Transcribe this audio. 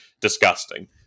disgusting